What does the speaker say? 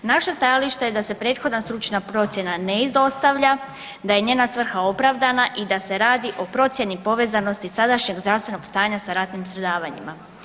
Naše stajalište je da se prethodna stručna procjena ne izostavlja, da je njena svrha opravdana i da se radi o procjeni povezanosti sadašnjeg zdravstvenog stanja sa ratnim stradavanjima.